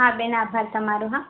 હા બેન આભાર તમારો હા